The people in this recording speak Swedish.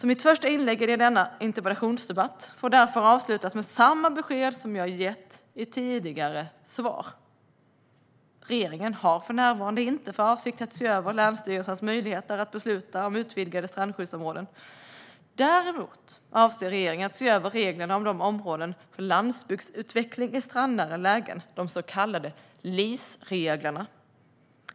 Mitt första inlägg i denna interpellationsdebatt får därför avslutas med samma besked som jag har gett i tidigare svar: Regeringen har för närvarande inte för avsikt att se över länsstyrelsernas möjligheter att besluta om utvidgade strandskyddsområden. Däremot avser regeringen att se över reglerna om områden för landsbygdsutveckling i strandnära lägen, de så kallade LIS-reglerna.